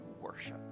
worship